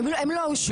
הם לא אושרו.